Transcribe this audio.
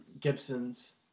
Gibson's